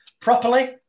properly